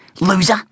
loser